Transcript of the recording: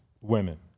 women